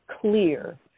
clear